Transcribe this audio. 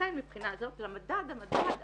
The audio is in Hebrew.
לכן מהבחינה הזאת למדד המגדר,